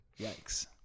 Yikes